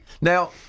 Now